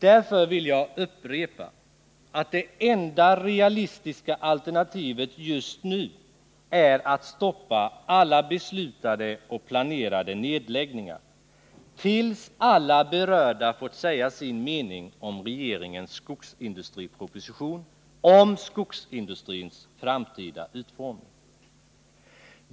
a alternativet just nu är att stoppa alla Jag vill upprepa att det enda realistisk beslutade och planerade nedläggningar tills alla berörda fått säga sin mening om regeringens skogsindustriproposition, om skogsindustrins framtida utformning.